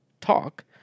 talk